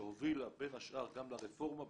שהובילה בין השאר גם לרפורמה,